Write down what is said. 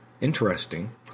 interesting